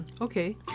Okay